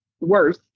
worse